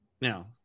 now